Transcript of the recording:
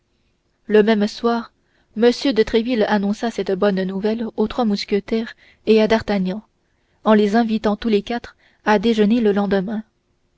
le même soir m de tréville annonça cette bonne nouvelle aux trois mousquetaires et à d'artagnan en les invitant tous les quatre à déjeuner le lendemain